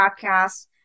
podcast